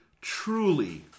truly